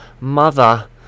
mother